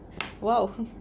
!wow!